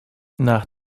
nach